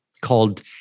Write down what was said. called